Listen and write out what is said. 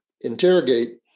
interrogate